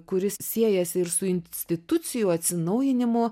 kuris siejasi ir su institucijų atsinaujinimu